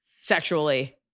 sexually